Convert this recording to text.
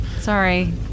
Sorry